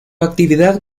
actividad